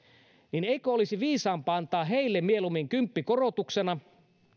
niin eikö olisi viisaampaa antaa heille mieluummin kymppi korotuksena